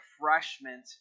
refreshment